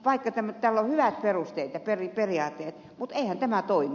vaikka tällä on hyvät perusteet ja periaatteet eihän tämä toimi